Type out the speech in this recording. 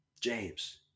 James